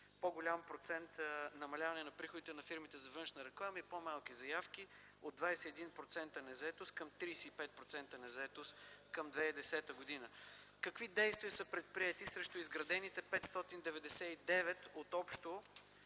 по-голям процент намаляване на приходите на фирмите за външна реклама и по-малки заявки – от 21% незаетост към 35% незаетост към 2010 г. Какви действия са предприети срещу изградените 599 от общо